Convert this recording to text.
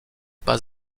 pas